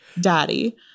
Daddy